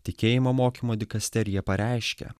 tikėjimo mokymo dikasterija pareiškė